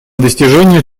достижению